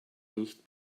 nicht